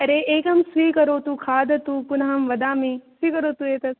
अरे एकं स्वीकरोतु खादतु पुनः अहं वदामि स्वीकरोतु एतत्